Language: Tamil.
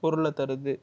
பொருளை தருது